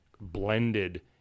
blended